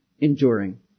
enduring